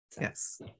yes